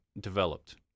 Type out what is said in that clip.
developed